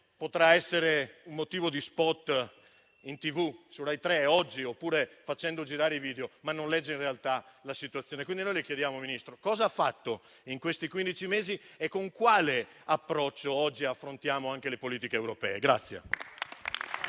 potrà essere un motivo di *spot* in TV su Rai 3, oppure per far girare i video, ma non legge in realtà la situazione. Quindi noi chiediamo, Ministro, cosa ha fatto in questi quindici mesi e con quale approccio oggi affrontiamo anche le politiche europee?